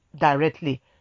directly